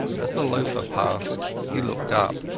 as the loafer passed he looked up,